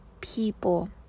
people